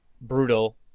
brutal